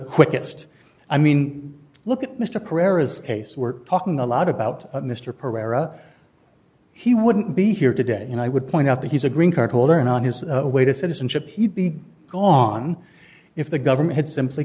quickest i mean look at mr pereira's case we're talking a lot about mr perera he wouldn't be here today and i would point out that he's a green card holder and on his way to citizenship he'd be gone if the government had simply